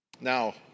Now